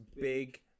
big